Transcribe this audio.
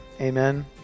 Amen